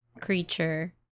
creature